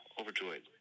overjoyed